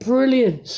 Brilliant